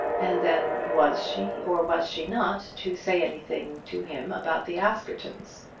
and then was she, or was she not, to say anything to him about the askertons?